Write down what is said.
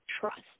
trust